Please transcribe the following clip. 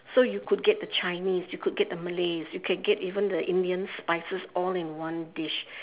so you could get the chinese you could get the malays you could get even the indian spices all in one dish